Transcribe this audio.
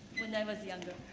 when i was younger.